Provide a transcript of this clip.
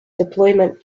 deployment